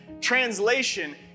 Translation